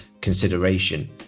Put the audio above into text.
consideration